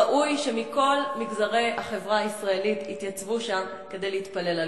ראוי שמכל מגזרי החברה הישראלית יתייצבו שם כדי להתפלל לגשם.